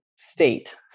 state